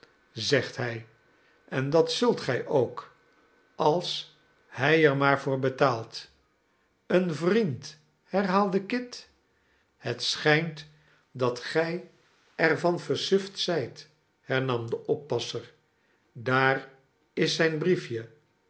zegt hij en dat zult gij ook als hij er maar voor betaalt een vriend herhaalde kit het schijnt dat gij ervanversuftzijt hernam de oppasser daar is zijn briefje